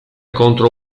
contro